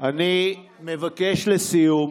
אני מבקש, לסיום,